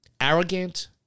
arrogant